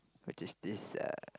which is this uh